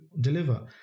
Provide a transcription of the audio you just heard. deliver